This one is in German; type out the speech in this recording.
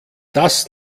das